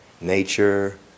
Nature